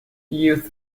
youth